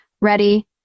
Ready